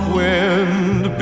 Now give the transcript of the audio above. wind